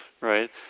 right